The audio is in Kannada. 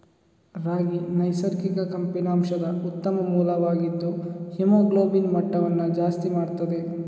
ರಾಗಿ ನೈಸರ್ಗಿಕ ಕಬ್ಬಿಣಾಂಶದ ಉತ್ತಮ ಮೂಲವಾಗಿದ್ದು ಹಿಮೋಗ್ಲೋಬಿನ್ ಮಟ್ಟವನ್ನ ಜಾಸ್ತಿ ಮಾಡ್ತದೆ